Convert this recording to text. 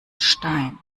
stein